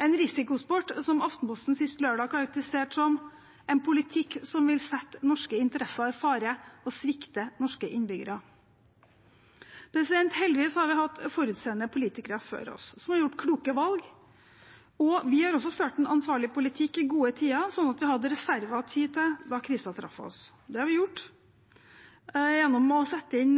en risikosport Aftenposten sist lørdag karakteriserte som en politikk som vil sette norske interesser i fare og svikte norske innbyggere. Heldigvis har vi hatt forutseende politikere før oss som har tatt kloke valg, og vi har også ført en ansvarlig politikk i gode tider, sånn at vi hadde reserver å ty til da krisen traff oss. Det har vi gjort gjennom å sette inn